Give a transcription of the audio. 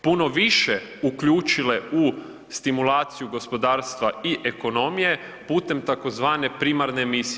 puno više uključile u stimulaciju gospodarstva i ekonomije putem tzv. primarne emisije.